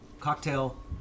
cocktail